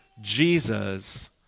Jesus